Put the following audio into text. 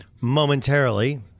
momentarily